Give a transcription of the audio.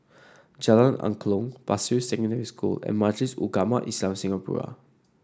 Jalan Angklong Pasir Secondary School and Majlis Ugama Islam Singapura